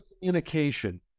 communication